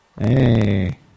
Hey